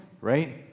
right